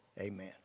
amen